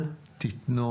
אל תיתנו